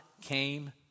came